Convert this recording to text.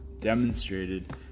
demonstrated